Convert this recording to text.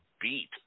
beat